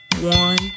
one